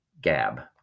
gab